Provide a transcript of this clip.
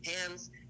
hands